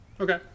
Okay